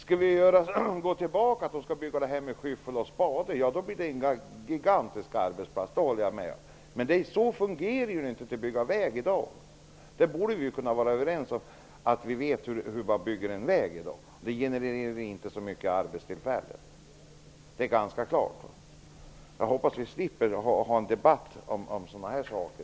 Om vi går tillbaka till systemet att bygga vägar med skyffel och spade blir det inte några gigantiska arbetsplatser, men så fungerar det inte i dag. Vi borde vara överens om att vi vet hur man bygger vägar och att det inte genererar så många arbetstillfällen. Jag hoppas att vi slipper föra en debatt om sådana här saker.